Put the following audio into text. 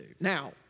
Now